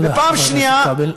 ופעם שנייה, תודה, חבר הכנסת כבל.